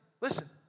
Listen